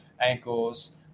ankles